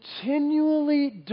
continually